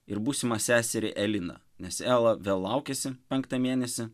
ir būsimą seserį eliną nes ela vėl laukiasi penktą mėnesį